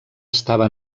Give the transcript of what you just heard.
estava